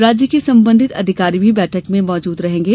राज्य के संबंधित अधिकारी भी बैठक में मौजूद रहेंगे